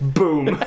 boom